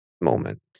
moment